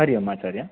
Hari Om Acharya